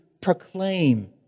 proclaim